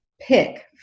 pick